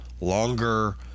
longer